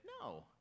no